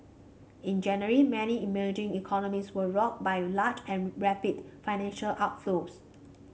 in January many emerging economies were rocked by large and rapid financial outflows